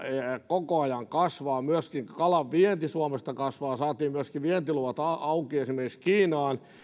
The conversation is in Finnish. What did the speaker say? koko ajan kasvaa ja myöskin kalan vienti suomesta kasvaa saatiin myöskin vientiluvat auki esimerkiksi kiinaan